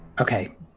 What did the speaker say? Okay